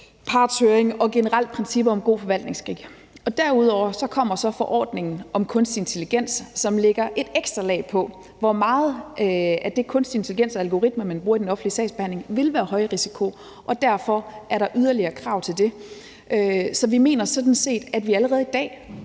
partshøring og generelt principper om god forvaltningsskik. Derudover kommer så forordningen om kunstig intelligens, som ligger et ekstra lag på, hvor meget af den kunstige intelligens og algoritmerne, som man bruger i den offentlige sagsbehandling, vil være højrisiko, og derfor er der yderligere krav til det. Så vi mener sådan set, at vi allerede i dag